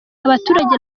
abaturage